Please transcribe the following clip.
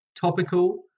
topical